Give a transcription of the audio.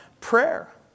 prayer